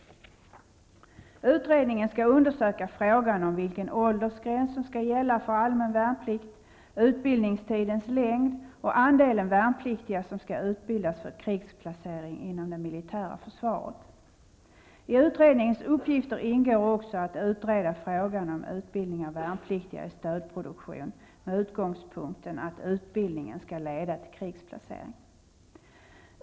Utredningen skall undersöka frågan om vilken åldersgräns som skall gälla för allmän värnplikt, utbildningstidens längd och andelen värnpliktiga som skall utbildas för krigsplacering inom det militära försvaret. I utredningens uppgifter ingår också att utreda frågan om utbildning av värnpliktiga i stödproduktion med utgångspunkten att utbildningen skall leda till krigsplacering.